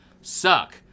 suck